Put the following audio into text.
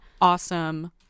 awesome